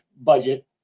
budget